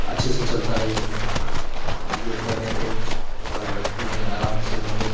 अच्छे से चलता है योग में योग करने पे कपालभाति में आराम से हम लोग